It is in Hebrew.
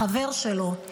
החבר שלו,